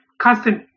constant